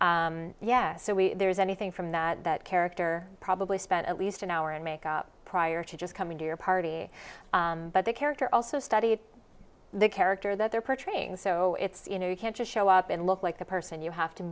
so yeah so we there's anything from that that character probably spent at least an hour in makeup prior to just coming to your party but the character also studied the character that they're portraying so it's you know you can't just show up and look like the person you have to